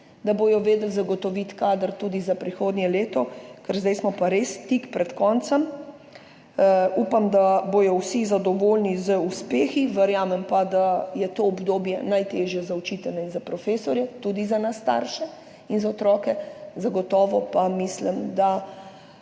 da bodo vedeli zagotoviti kader tudi za prihodnje leto, ker zdaj smo pa res tik pred koncem. Upam, da bodo vsi zadovoljni z uspehi. Verjamem pa, da je to obdobje najtežje za učitelje in za profesorje, tudi za nas starše in za otroke. Zagotovo pa mislim, da